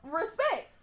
respect